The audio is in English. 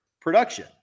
production